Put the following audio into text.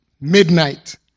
midnight